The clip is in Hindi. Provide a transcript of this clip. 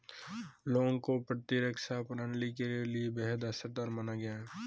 लौंग को प्रतिरक्षा प्रणाली के लिए बेहद असरदार माना गया है